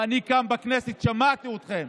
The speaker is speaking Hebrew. ואני כאן בכנסת שמעתי אתכם